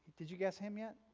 did you guess him yet?